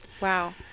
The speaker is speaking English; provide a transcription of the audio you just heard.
Wow